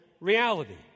reality